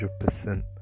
100%